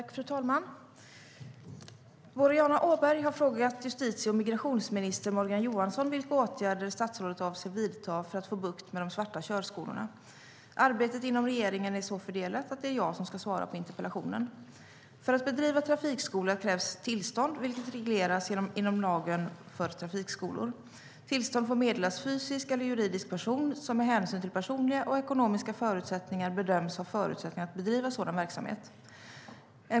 Fru talman! Boriana Åberg har frågat justitie och migrationsminister Morgan Johansson vilka åtgärder statsrådet avser att vidta för att få bukt med de svarta körskolorna. För att bedriva trafikskola krävs tillstånd, vilket regleras genom lagen om trafikskolor. Tillstånd får meddelas fysisk eller juridisk person som med hänsyn till personliga och ekonomiska förutsättningar bedöms ha förutsättningar att bedriva en sådan verksamhet.